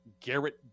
Garrett